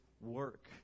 work